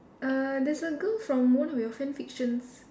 err there's a girl from one of your fan fictions